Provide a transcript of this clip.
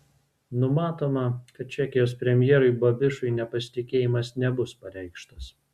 numatoma kad čekijos premjerui babišui nepasitikėjimas nebus pareikštas